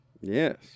Yes